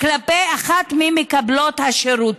כלפי אחת ממקבלות השירות,